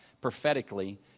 prophetically